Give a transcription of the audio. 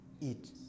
eat